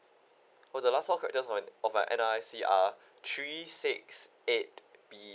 for the last four character just a moment of my N_R_I_C are three six eight B